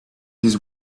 his